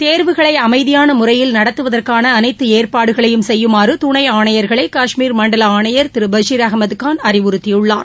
தேர்வுகளை அமைதியான முறையில் நடத்துவதற்கான அனைத்து அஏற்பாடுகளையும் செய்யுமாறு துணை ஆணையர்களை காஷ்மீர் மண்டல ஆணையர் திரு பஷீர் அகமது காள் அறிவுறுத்தியுள்ளார்